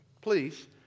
Please